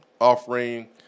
offering